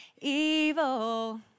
evil